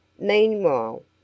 Meanwhile